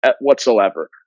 whatsoever